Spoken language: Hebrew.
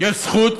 יש זכות